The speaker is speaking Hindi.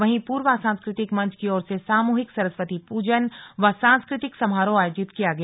वहीं पूर्वा सांस्कृतिक मंच की ओर से सामूहिक सरस्वती पूजन व सांस्कृतिक समारोह आयोजित किया गया